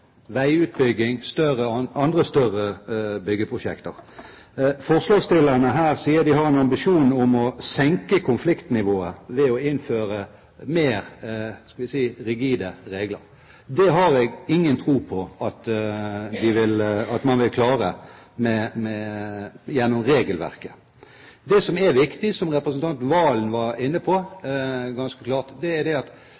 veiutbygging og andre større byggeprosjekter. Forslagsstillerne sier de har en ambisjon om å senke konfliktnivået ved å innføre mer – skal vi si – rigide regler. Det har jeg ingen tro på at man vil klare gjennom regelverket. Det som er viktig, som representanten Serigstad Valen var inne på ganske klart, er at